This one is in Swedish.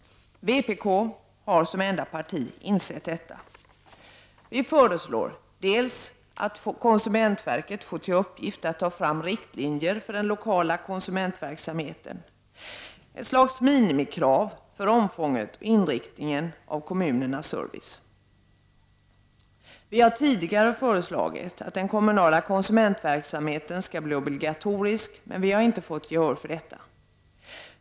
Vpk har som enda parti insett detta. Vi i vpk föreslår bl.a. att konsumentverket får till uppgift att ta fram riktlinjer för den lokala konsumentverksamheten, ett slags minimikrav för omfånget och inriktningen av kommunernas service. Vi har tidigare föreslagit att den kommunala konsumentverksamheten skall bli obligatorisk, men vi har inte fått gehör för detta.